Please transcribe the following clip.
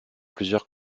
plusieurs